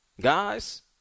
guys